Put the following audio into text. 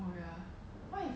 你不想要的 so like